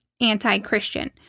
anti-Christian